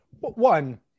One